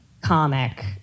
comic